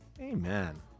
Amen